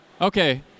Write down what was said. Okay